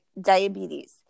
Diabetes